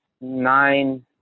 nine